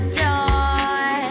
joy